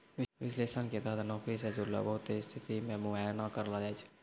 विश्लेषण के तहत नौकरी से जुड़लो बहुते स्थिति के मुआयना करलो जाय छै